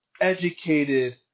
educated